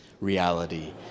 reality